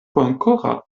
bonkora